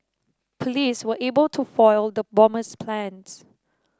police were able to foil the bomber's plans